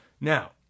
Now